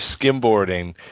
skimboarding